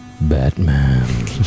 Batman